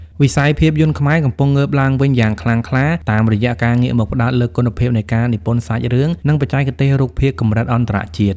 វិស័យភាពយន្តខ្មែរកំពុងងើបឡើងវិញយ៉ាងខ្លាំងក្លា តាមរយៈការងាកមកផ្តោតលើគុណភាពនៃការនិពន្ធសាច់រឿង និងបច្ចេកទេសរូបភាពកម្រិតអន្តរជាតិ។